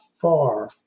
far